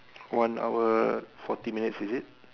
one hour forty minutes is it